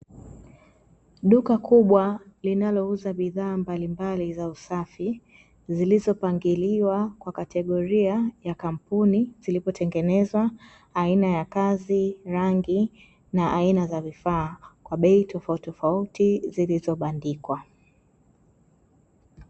Duka kubwa , linalouza bidhaa mbalimbali za usafi, zilizopangiliwa kwa kategoria ya kampuni zilipotengenezwa , aina ya kazi, rangi, na aina za vifaa, kwa bei tofauti tofauti zilizo bandikwa.